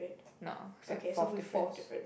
no you said fourth difference